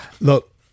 Look